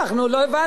לא הבנתי.